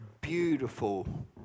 beautiful